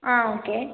ஆ okay